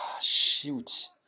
Shoot